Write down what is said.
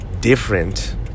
different